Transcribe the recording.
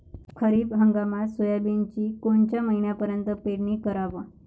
खरीप हंगामात सोयाबीनची कोनच्या महिन्यापर्यंत पेरनी कराव?